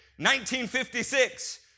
1956